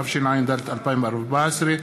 התשע"ד 2014,